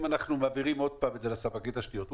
אם אנחנו מעבירים עוד פעם לספקית תשתיות,